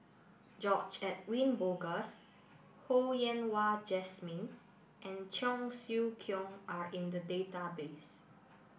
George Edwin Bogaars Ho Yen Wah Jesmine and Cheong Siew Keong are in the database